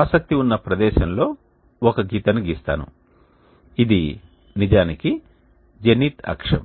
ఆసక్తి ఉన్న ప్రదేశంలో ఒక గీతను గీస్తాను ఇది నిజానికి జెనిత్ అక్షం